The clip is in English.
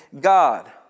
God